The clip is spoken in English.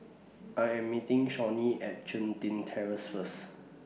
I Am meeting Shawnee At Chun Tin Terrace First